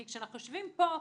כי כשאנחנו יושבים פה,